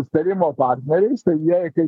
susitarimo partneriais tai jie kaip